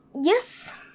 yes